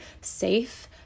safe